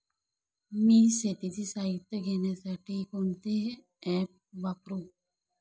मी शेतीचे साहित्य घेण्यासाठी कोणते ॲप वापरु?